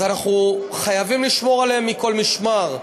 אז אנחנו חייבים לשמור עליהם מכל משמר,